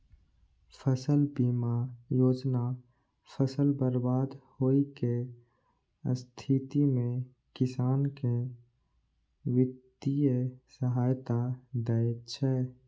फसल बीमा योजना फसल बर्बाद होइ के स्थिति मे किसान कें वित्तीय सहायता दै छै